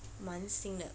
蛮新的